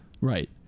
Right